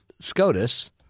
SCOTUS